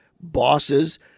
bosses